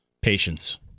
Patience